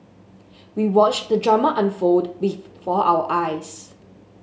we watched the drama unfold before our eyes